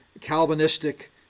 Calvinistic